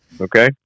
Okay